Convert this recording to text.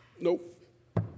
nope